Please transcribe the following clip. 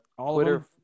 Twitter